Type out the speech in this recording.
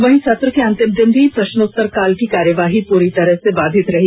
वहीं सत्र के अंतिम दिन भी प्रश्नोत्तर कॉल की कार्यवाही पूरी तरह से बाधित रही